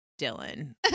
Dylan